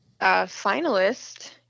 finalist